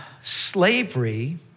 slavery